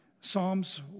Psalms